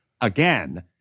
again